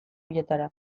bietara